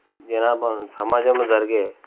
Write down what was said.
జనాభాను సమాజంలో జరిగే